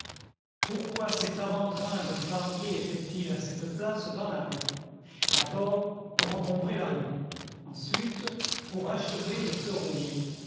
pourquoi cet avant train de fardier était-il à cette place dans la rue d'abord pour encombrer la rue ensuite pour achever de se rouiller